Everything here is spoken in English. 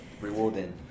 rewarding